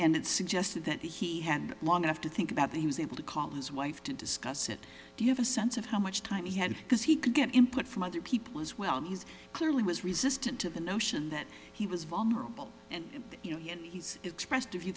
suggest that he had long enough to think about that he was able to call his wife to discuss it give a sense of how much time he had because he could get input from other people as well he's clearly was resistant to the notion that he was vulnerable and you know he's